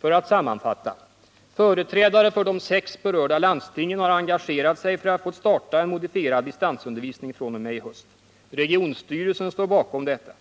För att sammanfatta: Företrädare för de sex berörda landstingen har engagerat sig för att få starta en modifierad distansundervisning fr.o.m. i höst. Regionstyrelsen står bakom detta.